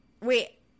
wait